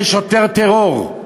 יש יותר טרור.